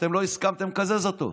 אתם לא הסכמתם לקזז אותו.